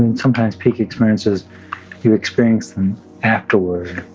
and sometimes peak experiences you experience them afterward.